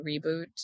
reboot